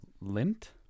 lint